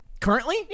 currently